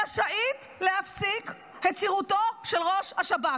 רשאית להפסיק את שירותו של ראש השב"כ.